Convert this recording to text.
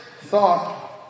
Thought